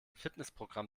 fitnessprogramm